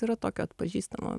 yra tokio atpažįstamo